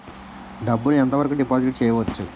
డబ్బు ను ఎంత వరకు డిపాజిట్ చేయవచ్చు?